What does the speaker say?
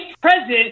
president